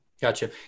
Gotcha